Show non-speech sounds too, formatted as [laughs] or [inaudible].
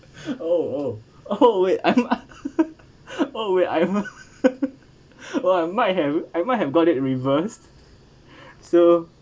oh oh oh wait I'm [laughs] oh wait I'm [laughs] well I might have I might have got it reversed so